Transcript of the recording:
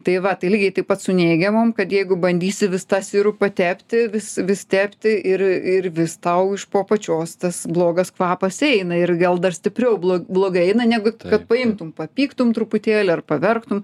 tai va tai lygiai taip pat su neigiamom kad jeigu bandysi vis tą sirupą tepti vis vis tepti ir ir vis tau iš po apačios tas blogas kvapas eina ir gal dar stipriau blo blogai eina negu kad paimtum papyktum truputėlį ar paverktum